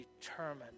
determined